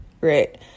right